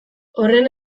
horren